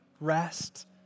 rest